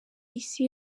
isi